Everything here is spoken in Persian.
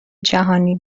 جهانی